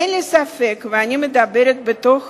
אין לי ספק, ואני מדברת בתור